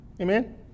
Amen